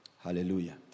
Hallelujah